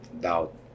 doubt